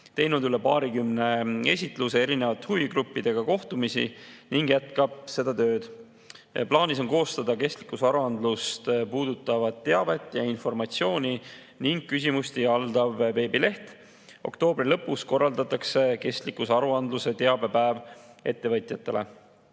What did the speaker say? teinud üle paarikümne esitluse, erinevate huvigruppidega kohtumisi ning jätkab seda tööd. Plaanis on koostada kestlikkuse aruandlust puudutavat teavet ning küsimusi haldav veebileht. Oktoobri lõpus korraldatakse kestlikkuse aruandluse teabepäev ettevõtjatele.